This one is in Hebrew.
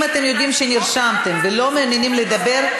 אם אתם יודעים שנרשמתם ולא מעוניינים לדבר,